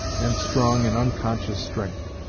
and strong in unconscious strength.